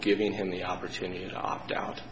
giving him the opportunity opt out